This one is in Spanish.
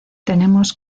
tenemos